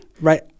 right